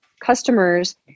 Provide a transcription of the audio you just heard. customers